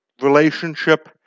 relationship